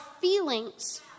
feelings